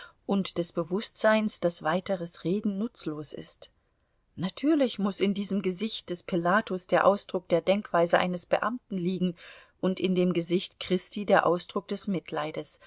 und des bewußtseins daß weiteres reden nutzlos ist natürlich muß in dem gesicht des pilatus der ausdruck der denkweise eines beamten liegen und in dem gesicht christi der ausdruck des mitleides